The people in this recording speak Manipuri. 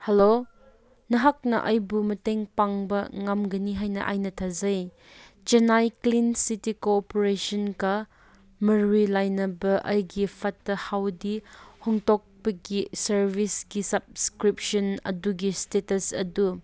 ꯍꯜꯂꯣ ꯅꯍꯥꯛꯅ ꯑꯩꯕꯨ ꯃꯇꯦꯡ ꯉꯝꯒꯅꯤ ꯍꯥꯏꯅ ꯑꯩꯅ ꯊꯥꯖꯩ ꯆꯦꯅꯥꯏ ꯀ꯭ꯂꯤꯟ ꯁꯤꯇꯤ ꯀꯣꯑꯣꯄꯔꯦꯁꯟꯒ ꯃꯔꯤ ꯂꯩꯅꯕ ꯑꯩꯒꯤ ꯐꯠꯇ ꯍꯥꯎꯗꯤ ꯍꯨꯟꯗꯣꯛꯄꯒꯤ ꯁꯥꯔꯕꯤꯁꯀꯤ ꯁꯕꯁꯀ꯭ꯔꯤꯞꯁꯟ ꯑꯗꯨꯒꯤ ꯏꯁꯇꯦꯇꯁ ꯑꯗꯨ